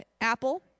Apple